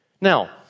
Now